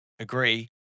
Agree